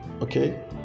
okay